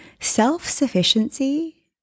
Self-sufficiency